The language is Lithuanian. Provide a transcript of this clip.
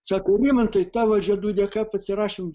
sako rimantai tavo žiedų dėka pasirašėm